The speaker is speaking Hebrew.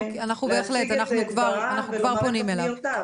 אנחנו כבר פונים אליו.